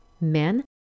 Men